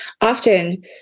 often